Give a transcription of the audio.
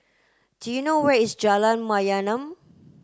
do you know where is Jalan Mayaanam